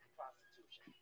prostitution